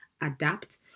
adapt